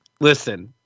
Listen